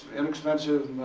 inexpensive,